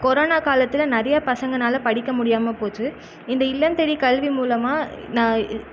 corona காலத்தில் நிறையா பசங்கனால் படிக்க முடியாமல் போச்சு இந்த இல்லம் தேடி கல்வி மூலமாக நான்